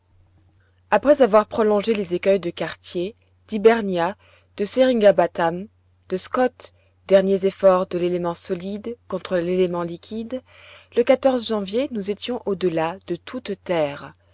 après avoir prolongé les écueils de cartier d'hibernia de seringapatam de scott derniers efforts de l'élément solide contre l'élément liquide le janvier nous étions au-delà de toutes terres